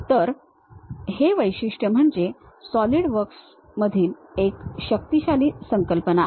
तर हे वैशिष्ट्य म्हणजे सॉलिडवर्क्समधील एक शक्तिशाली संकल्पना आहे